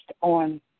on